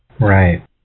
Right